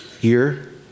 year